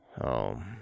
Oh